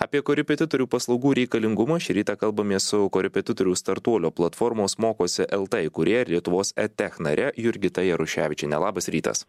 apie korepetitorių pa slaugų reikalingumą šį rytą kalbamės su korepetitorių startuolio platformos mokosi lt įkūrėja lietuvos edtech jurgita jaruševičiene labas rytas